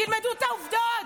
תלמדו את העובדות.